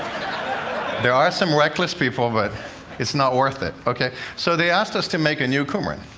there are some reckless people, but it's not worth it, ok? so they asked us to make a new coumarin.